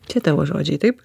čia tavo žodžiai taip